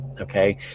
Okay